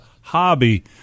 hobby